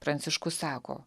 pranciškus sako